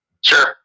Sure